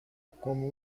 como